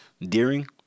Deering